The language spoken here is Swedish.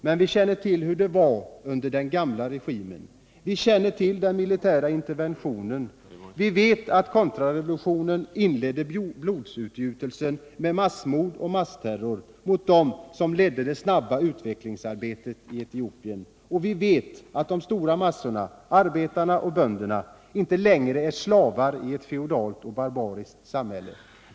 Men vi känner till hur det var under den gamla regimen. Vi känner till den militära interventionen. Vi vet att kontrarevolutionen inledde blodsutgjutelsen med massmord och massterror mot dem som ledde det snabba utvecklingsarbetet i Etiopien. Och vi vet att de stora massorna, arbetarna och bönderna, inte längre är slavar i ett feodalt och barbariskt samhälle.